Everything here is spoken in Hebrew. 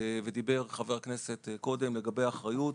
ודיבר חבר הכנסת קודם לגבי האחריות,